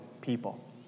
people